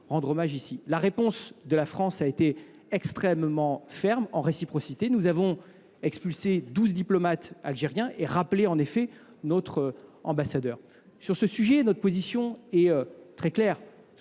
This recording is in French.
La réponse de la France a été extrêmement ferme, en réciprocité. Nous avons expulsé 12 diplomates algériens et rappelé en effet notre ambassadeur. Sur ce sujet, notre position est très claire.